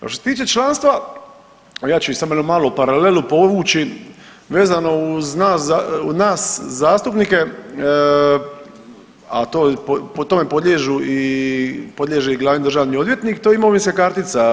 A što se tiče članstva, a ja ću samo jednu malu paralelu povući vezano uz nas zastupnike, a to, po tome podliježu i, podliježe i glavni državni odvjetnik, to je imovinska kartica.